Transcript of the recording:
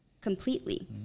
completely